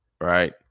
right